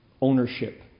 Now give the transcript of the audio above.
ownership